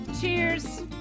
cheers